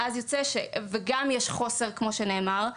וגם יש חוסר כמו שנאמר.